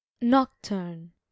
Nocturne